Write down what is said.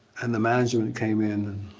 and the management came in.